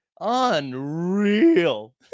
Unreal